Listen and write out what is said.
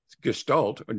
gestalt